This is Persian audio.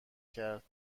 کرد